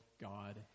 God